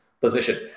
position